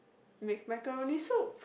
with macaroni soup